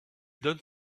donne